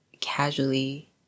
casually